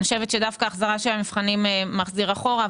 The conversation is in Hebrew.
אני חושבת שדווקא המחזרת המבחנים מחזיר אחורה,